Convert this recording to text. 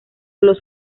los